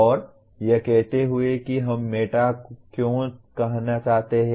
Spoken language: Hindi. और यह कहते हुए कि हम मेटा क्यों कहना चाहते हैं